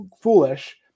foolish